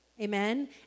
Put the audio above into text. amen